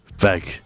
back